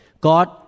God